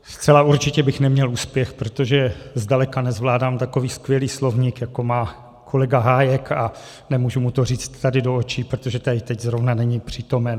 Zcela určitě bych neměl úspěch, protože zdaleka nezvládám takový skvělý slovník, jako má kolega Hájek, a nemůžu mu to říct tady do očí, protože tady teď zrovna není přítomen.